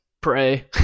pray